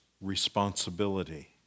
responsibility